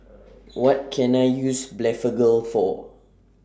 What Can I use Blephagel For